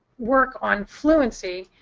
work on fluency,